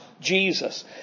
Jesus